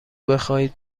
بخواهید